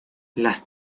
las